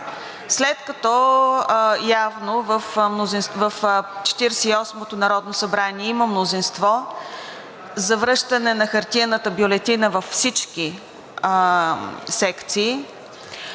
и осмото народно събрание има мнозинство за връщане на хартиената бюлетина във всички секции,